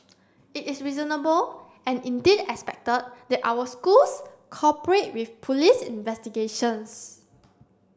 it is reasonable and indeed expected that our schools cooperate with police investigations